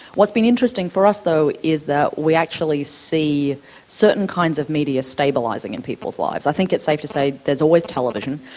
what's been interesting for us though is that we actually see certain kinds of media stabilising in people's lives. i think it's safe to say there is always television.